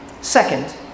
Second